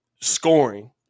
scoring